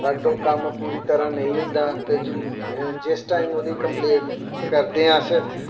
बट्ट कम्म पूरी तरह नेईं होंदा ते जिस टैम ओह्दी कंपलेन करदेआं अस